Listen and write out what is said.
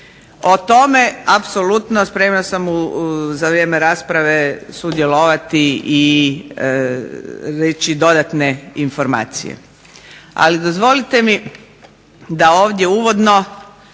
O tome apsolutno, spremna sam za vrijeme rasprave sudjelovati i reći dodatne informacije. Ali dozvolite mi da ovdje uvodno,